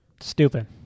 Stupid